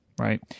right